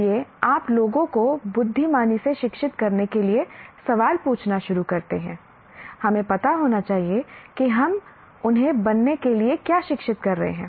इसलिए आप लोगों को बुद्धिमानी से शिक्षित करने के लिए सवाल पूछना शुरू करते हैं हमें पता होना चाहिए कि हम उन्हें बनने के लिए क्या शिक्षित करते हैं